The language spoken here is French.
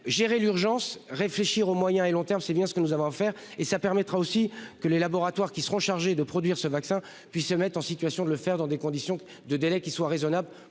gérer l'urgence réfléchir au moyen et long terme, c'est bien ce que nous avons à faire et ça permettra aussi que les laboratoires qui seront chargés de produire ce vaccin puis se mettent en situation de le faire dans des conditions de délai qui soit raisonnable